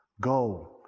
Go